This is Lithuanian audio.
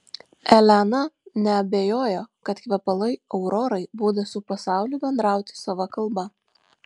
elena neabejojo kad kvepalai aurorai būdas su pasauliu bendrauti sava kalba